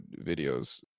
videos